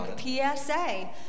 PSA